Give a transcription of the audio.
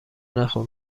نخور